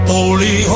Holy